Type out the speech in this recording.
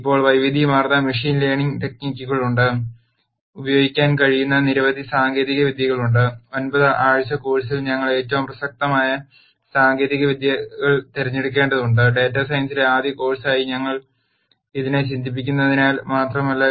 ഇപ്പോൾ വൈവിധ്യമാർന്ന machine learning ടെക്നിക്കുകളുണ്ട് ഉപയോഗിക്കാൻ കഴിയുന്ന നിരവധി സാങ്കേതിക വിദ്യകളുണ്ട് ഒൻപത് ആഴ്ച കോഴ് സിൽ ഞങ്ങൾ ഏറ്റവും പ്രസക്തമായ സാങ്കേതിക വിദ്യകൾ തിരഞ്ഞെടുക്കേണ്ടതുണ്ട് ഡാറ്റാ സയൻസിലെ ആദ്യ കോഴ് സായി ഞങ്ങൾ ഇതിനെ ചിന്തിപ്പിക്കുന്നതിനാൽ മാത്രമല്ല